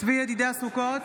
צבי ידידיה סוכות,